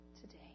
today